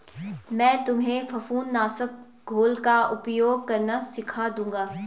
मैं तुम्हें फफूंद नाशक घोल का उपयोग करना सिखा दूंगा